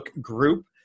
group